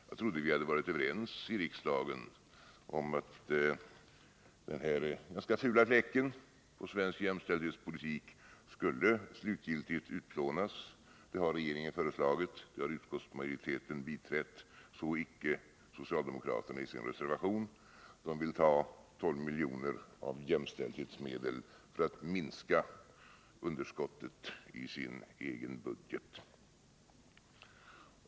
Jag trodde att vi hade varit överens i riksdagen om att den här ganska fula fläcken på svensk jämställdhetspolitik skulle slutgiltigt utplånas. Det har regeringen föreslagit och det har utskottsmajoriteten biträtt; så icke socialdemokraterna i sin reservation. De vill ta 12 miljoner av jämställdhetsmedel för att minska underskottet i sin egen budget.